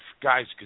guys